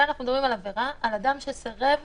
כאן אנחנו מדברים על עבירה, על אדם שסירב